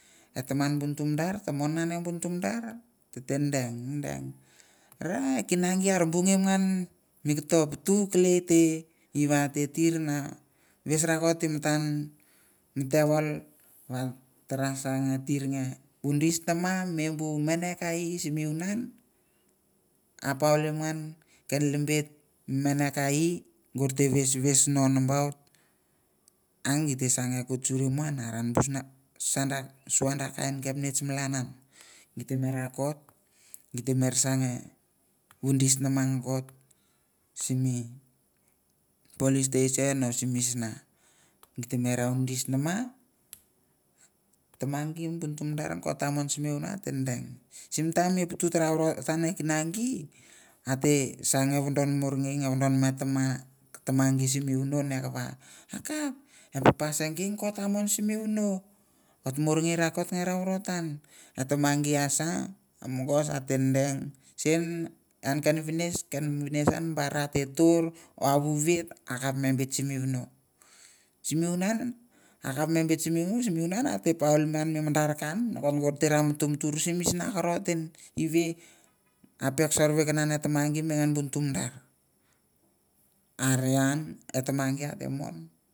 E taman bu nutu madar tamon nane bu nutu madar tete deng deng ra e kina gi a ra bungim an mi koto putu kelei te i va ate tir na ves rakot i matan mi tevol va ta ra sa nge tir nge vudis nama me bu mene ka i simi vunan, a paulim ngan ken lembet mi mene kai i gor te ves ves no nambaut a gi te sa nge kot suri mo an, are bu sna san da sua da kain kapnets malan an. Gi te me rakot git ter sa nge vundis nama nokot simi police station o si misna, git te me ra vundis nama, tama gi bu ntu madar nokot amon simi vono ate dedeng, sim taim mi putu tara voratan e kina gi, ate sa nge kava akap e papa se ngei nokot a mon sim vono, simi vunan akap me bet sim vono, simi vunan ate paul me an mi madar ka ian nokot gor te ra mutumutur e tama gi ma bu nutu madar. Are ian e tama gi a te mon.